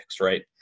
right